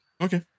okay